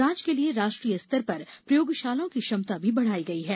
जांच के लिए राष्ट्रीय स्तर पर प्रयोगशालाओं की क्षमता भी बढाई गई है